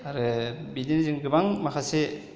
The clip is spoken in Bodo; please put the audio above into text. आरो बिदिनो जों गोबां माखासे